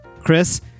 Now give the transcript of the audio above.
Chris